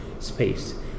space